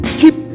keep